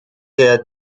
der